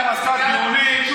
אבל,